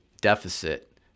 deficit